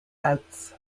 bouts